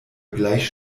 gleich